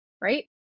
right